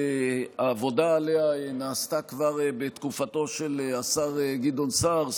שהעבודה עליה נעשתה כבר בתקופתו של השר גדעון סער,